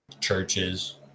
churches